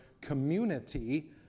community